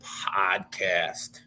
Podcast